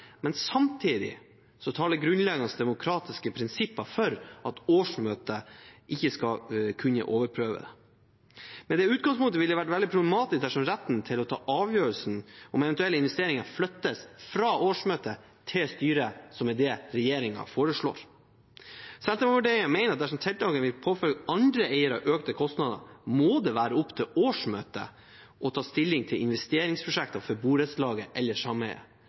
men samtidig taler grunnleggende demokratiske prinsipper for at årsmøtet ikke skal kunne overprøve det. Med det utgangspunktet ville det vært veldig problematisk dersom retten til å ta avgjørelsen om eventuelle investeringer flyttes fra årsmøtet til styret, som er det regjeringen foreslår. Senterpartiet mener at dersom tiltaket vil påføre andre eiere økte kostnader, må det være opp til årsmøtet å ta stilling til investeringsprosjekter for borettslaget eller sameiet. Det er